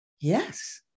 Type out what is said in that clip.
Yes